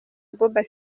abouba